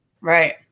Right